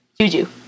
Juju